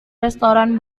restoran